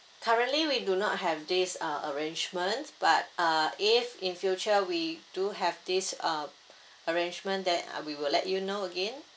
currently we do not have this uh arrangement but uh if in future we do have this uh arrangement then uh we will let you know again